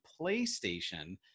playstation